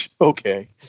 okay